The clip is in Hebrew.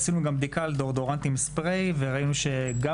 עשינו גם בדיקה על דאודורנטים ספריי וראינו שגם